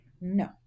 no